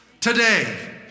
today